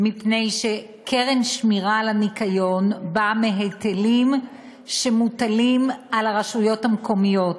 מפני שהקרן לשמירת הניקיון באה מהיטלים שמוטלים על הרשויות המקומיות.